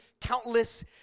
countless